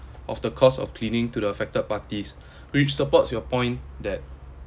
of the cost of cleaning to the affected parties which supports your point that